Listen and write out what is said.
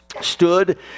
stood